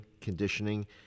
conditioning